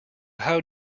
how